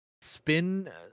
spin